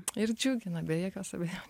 ir džiugina be jokios abejon